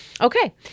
Okay